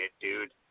dude